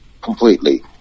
completely